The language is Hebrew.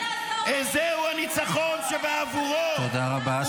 --- לך תעזור להם, לך